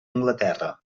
anglaterra